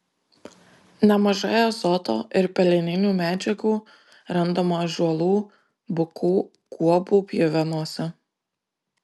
nemažai azoto ir peleninių medžiagų randama ąžuolų bukų guobų pjuvenose